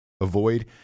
avoid